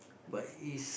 but is